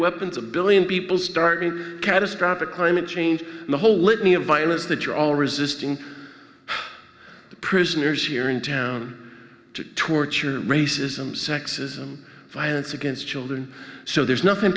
weapons a billion people started catastrophic climate change the whole litany of violence that you're all resisting prisoners here in town to torture racism sexism violence against children so there's nothing